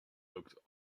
looked